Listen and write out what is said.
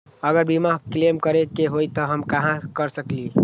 अगर बीमा क्लेम करे के होई त हम कहा कर सकेली?